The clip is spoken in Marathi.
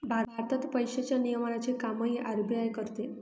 भारतात पैशांच्या नियमनाचे कामही आर.बी.आय करते